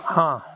ହଁ